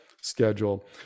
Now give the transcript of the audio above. schedule